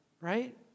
right